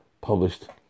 published